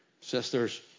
sisters